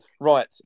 Right